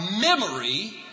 memory